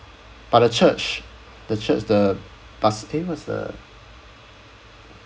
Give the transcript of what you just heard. but the church the church the basil~ what's the